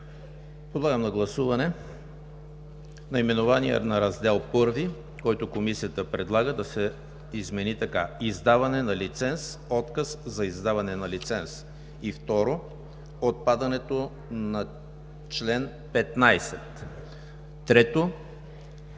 Подлагам на гласуване наименованието на Раздел I, който Комисията предлага да се измени така: „Издаване на лиценз. Отказ за издаване на лиценз“, второ, отпадането на чл. 15, трето,